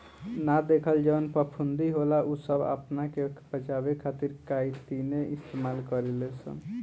ना देखल जवन फफूंदी होला उ सब आपना के बचावे खातिर काइतीने इस्तेमाल करे लसन